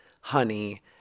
honey